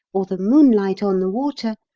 or the moonlight on the water,